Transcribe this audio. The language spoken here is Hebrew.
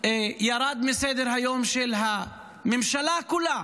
ירד מסדר-היום של הממשלה כולה